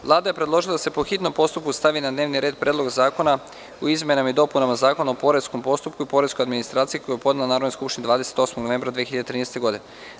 Vlada je predložila da se, po hitnom postupku, stavi na dnevni red Predlog zakona o izmenama i dopunama Zakona o poreskom postupku i poreskoj administraciji, koji je podnela Narodnoj skupštini 28. novembra 2013. godine.